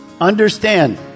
Understand